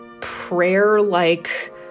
prayer-like